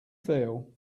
feel